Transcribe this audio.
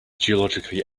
geologically